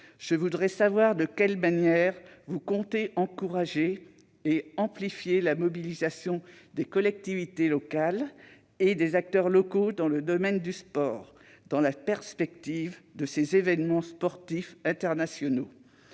je souhaite savoir de quelle manière vous comptez encourager et amplifier la mobilisation des collectivités locales et des acteurs locaux dans le domaine du sport, dans la perspective de ces événements sportifs internationaux,